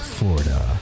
Florida